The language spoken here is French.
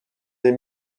des